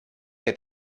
que